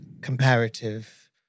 comparative